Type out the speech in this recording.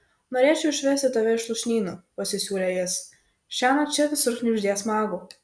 norėčiau išvesti tave iš lūšnynų pasisiūlė jis šiąnakt čia visur knibždės magų